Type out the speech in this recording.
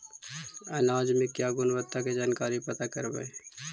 अनाज मे क्या गुणवत्ता के जानकारी पता करबाय?